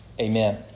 Amen